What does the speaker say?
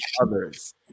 others